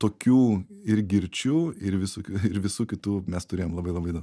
tokių ir girčių ir visokių ir visų kitų mes turėjom labai labai daug